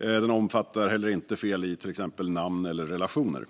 Analysen omfattar heller inte fel i till exempel namn eller relationer.